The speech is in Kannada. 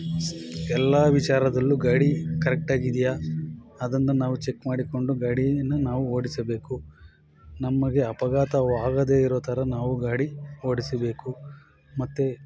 ಎಲ್ಲ ವಿಚಾರದಲ್ಲೂ ಗಾಡಿ ಕರೆಕ್ಟಾಗಿದೆಯಾ ಅದನ್ನು ನಾವು ಚೆಕ್ ಮಾಡಿಕೊಂಡು ಗಾಡಿಯನ್ನು ನಾವು ಓಡಿಸಬೇಕು ನಮಗೆ ಅಪಘಾತವಾಗದೇ ಇರೋ ಥರ ನಾವು ಗಾಡಿ ಓಡಿಸಬೇಕು ಮತ್ತೆ